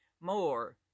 more